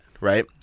right